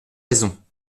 raisons